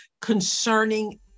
concerning